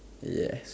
yes